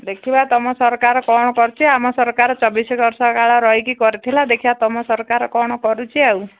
ଦେଖିବା ତୁମ ସରକାର କ'ଣ କରିଛି ଆମ ସରକାର ଚବିଶ ବର୍ଷ କାଳ ରହିକି କରିଥିଲା ଦେଖିବା ତୁମ ସରକାର କ'ଣ କରୁଛି ଆଉ